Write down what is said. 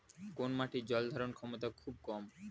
কোন মাটির জল ধারণ ক্ষমতা খুব কম?